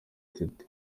teta